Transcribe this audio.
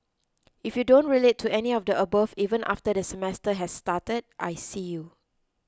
if you don't relate to any of the above even after the semester has started I see you